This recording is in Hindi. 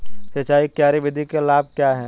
सिंचाई की क्यारी विधि के लाभ क्या हैं?